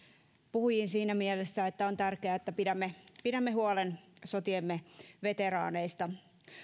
puhujiin siinä mielessä että on tärkeää että pidämme pidämme huolen sotiemme veteraaneista